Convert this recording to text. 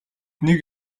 нэг